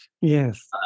Yes